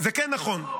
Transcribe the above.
זה לא נכון.